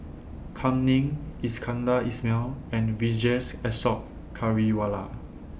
Kam Ning Iskandar Ismail and Vijesh Ashok Ghariwala